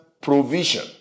provision